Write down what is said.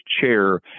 chair